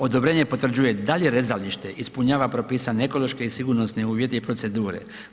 Odobrenje potvrđuje dalje rezalište, ispunjava propisane ekološke i sigurnosne uvjete i procedure.